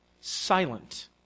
silent